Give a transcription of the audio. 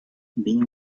being